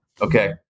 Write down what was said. Okay